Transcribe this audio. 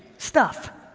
stuff,